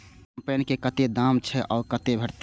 कम्पेन के कतेक दाम छै आ कतय भेटत?